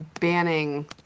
banning